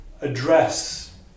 address